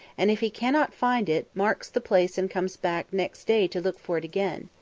and if he cannot find it, marks the place and comes back next day to look for it again.